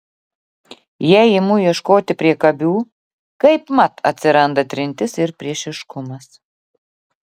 jei imu ieškoti priekabių kaipmat atsiranda trintis ir priešiškumas